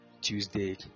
Tuesday